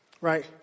right